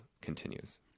continues